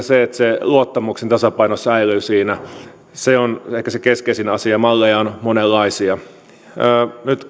se että luottamuksen tasapaino säilyy siinä se on ehkä se keskeisin asia malleja on monenlaisia nyt